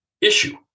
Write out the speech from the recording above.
issue